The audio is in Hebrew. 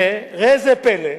וראה זה פלא,